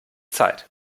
zeit